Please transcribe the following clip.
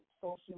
social